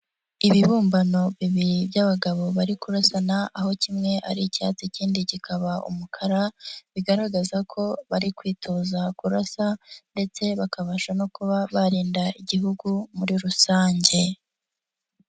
Ibibumbano bibiri by'abagabo bari kurasana, aho kimwe ari icyatsi ikindi kikaba umukara bigaragaza ko bari kwitoza kurasa ndetse bakabasha no kuba barinda Igihugu muri rusange.